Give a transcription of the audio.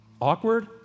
awkward